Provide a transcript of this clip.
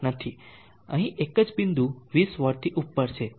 અહીં એક જ બિંદુ 20 વોટથી ઉપર છે જે અહીં છે